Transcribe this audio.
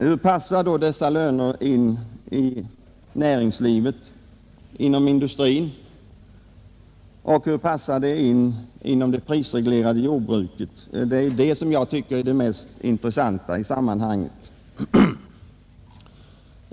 Hur passar då dessa löner in inom näringslivet, inom industrin, och hur passar de in inom det prisreglerade jordbruket? Det är detta som jag tycker är det mest intressanta i sammanhanget.